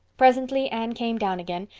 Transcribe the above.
presently anne came down again,